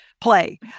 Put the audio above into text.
play